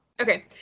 Okay